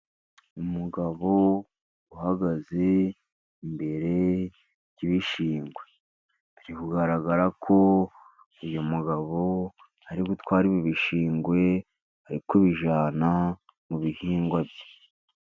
Umugabo uhagaze imbere ry'ibishingwe, biri kugaragara ko uyu mugabo ari gutwara ibi bishingwe abijyana mu bihingwa bye.